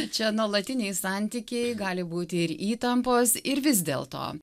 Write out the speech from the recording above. čia nuolatiniai santykiai gali būti ir įtampos ir vis dėlto